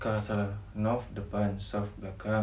tak salah north depan south belakang